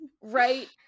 Right